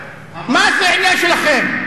מה זה עניין שלכם בכלל?